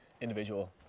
individual